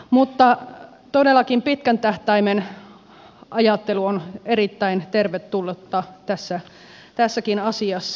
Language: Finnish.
mutta todellakin pitkän tähtäimen ajattelu on erittäin tervetullutta tässäkin asiassa